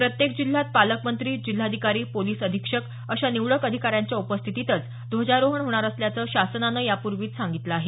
प्रत्येक जिल्ह्यात पालकमंत्री जिल्हाधिकारी पोलिस अधिक्षक अशा निवडक अधिकार्यांच्या उपस्थितीतच ध्वजारोहण होणार असल्याचं शासनानं यापूर्वीच सांगितलं आहे